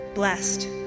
Blessed